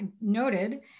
noted